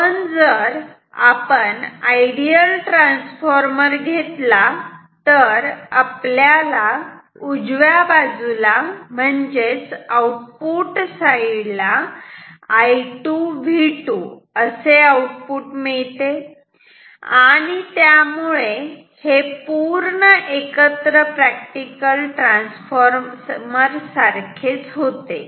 पण जर आपण आयडियल ट्रान्सफॉर्मर घेतला तर आपल्याला उजव्या बाजूला म्हणजेच आउटपुट साईड ला I2 V2 असे आउटपुट मिळते आणि त्यामुळे हे पूर्ण एकत्र प्रॅक्टिकल ट्रान्सफॉर्मर सारखेच होते